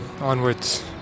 onwards